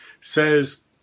says